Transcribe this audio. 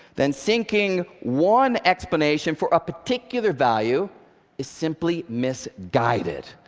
then thinking one explanation for a particular value is simply misguided.